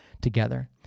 together